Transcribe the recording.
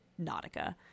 nautica